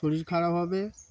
শরীর খারাপ হবে